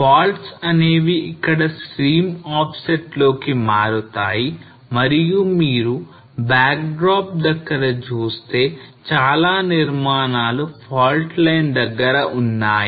Faults అనేవి ఇక్కడ stream offset లోకి మారుతాయి మరియు మీరు backdrop దగ్గర చూస్తే చాలా నిర్మాణాలు fault line దగ్గర ఉన్నాయి